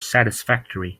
satisfactory